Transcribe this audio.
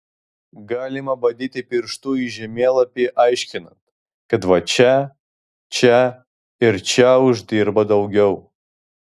galima badyti pirštu į žemėlapį aiškinant kad va čia čia ir čia uždirba daugiau